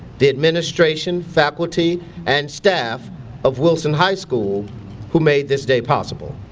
the administration, faculty and staff of wilson high school who made this day possible.